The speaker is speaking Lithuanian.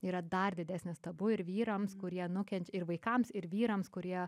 yra dar didesnis tabu ir vyrams kurie nukenčia ir vaikams ir vyrams kurie